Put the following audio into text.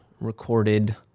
recorded